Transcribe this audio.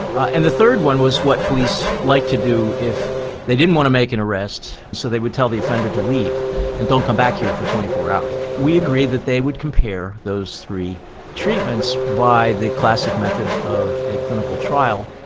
and the third one was what police like to do if they didn't want to make an arrest. so they would tell the offender to leave and don't come back here for twenty four hours. we agree that they would compare those three treatments by the classic method of a clinical trial,